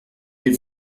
vais